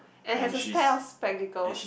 and has a pair of spectacles